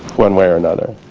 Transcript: one way or another.